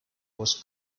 was